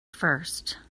first